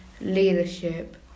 leadership